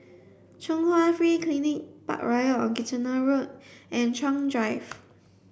Chung Hwa Free Clinic Parkroyal on Kitchener Road and Chuan Drive